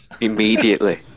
immediately